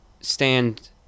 stand